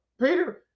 Peter